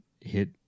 hit